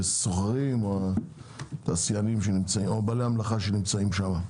הסוחרים או התעשיינים או בעלי המלאכה שנמצאים שם.